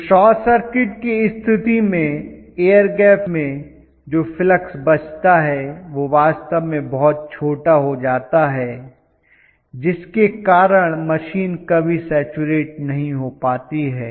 तो short circuit की स्थिति में एयर गैप में जो फ्लक्स बचता है वह वास्तव में बहुत छोटा हो जाता है जिसके कारण मशीन कभी सैचरेट नहीं हो पाती है